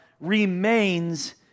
remains